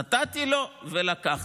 נתתי לו, ולקחתי.